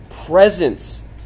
presence